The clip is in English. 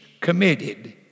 committed